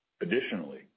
Additionally